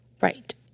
Right